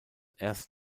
erst